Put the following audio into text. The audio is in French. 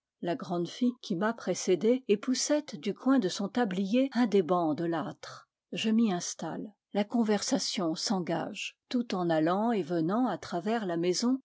la grande fille qui m'a précédé époussette du coin de son tablier un des bancs de l'âtre je m'y installe la conversa tion s'engage tout en allant et venant à travers la maison